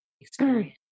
experience